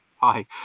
Hi